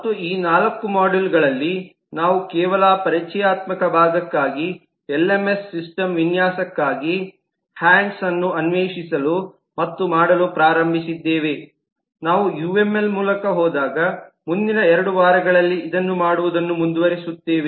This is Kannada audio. ಮತ್ತು ಈ ನಾಲ್ಕು ಮಾಡ್ಯೂಲ್ಗಳಲ್ಲಿ ನಾವು ಕೇವಲ ಪರಿಚಯಾತ್ಮಕ ಭಾಗಕ್ಕಾಗಿ ಎಲ್ಎಂಎಸ್ ಸಿಸ್ಟಮ್ ವಿನ್ಯಾಸಕ್ಕಾಗಿ ಹ್ಯಾಂಡ್ಸನ್ ಅನ್ನು ಅನ್ವೇಷಿಸಲು ಮತ್ತು ಮಾಡಲು ಪ್ರಾರಂಭಿಸಿದ್ದೇವೆ ನಾವು ಯುಎಂಎಲ್ ಮೂಲಕ ಹೋದಾಗ ಮುಂದಿನ ಎರಡು ವಾರಗಳಲ್ಲಿ ಇದನ್ನು ಮಾಡುವುದನ್ನು ಮುಂದುವರಿಸುತ್ತೇವೆ